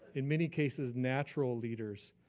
in many cases, natural leaders,